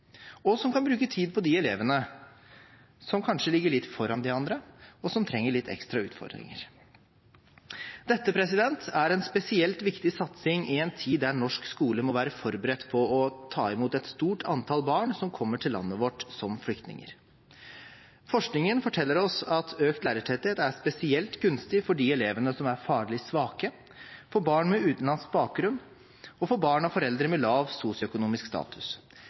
og som kan bruke tid på de elevene som kanskje ligger litt foran de andre, og som trenger litt ekstra utfordringer. Dette er en spesielt viktig satsing i en tid da norsk skole må være forberedt på å ta imot et stort antall barn som kommer til landet vårt som flyktninger. Forskningen forteller oss at økt lærertetthet er spesielt gunstig for de elevene som er faglig svake, for barn med utenlandsk bakgrunn og for barn av foreldre med lav sosioøkonomisk status.